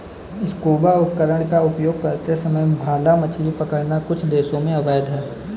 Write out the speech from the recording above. scuba उपकरण का उपयोग करते समय भाला मछली पकड़ना कुछ देशों में अवैध है